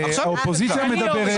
האופוזיציה מדברת,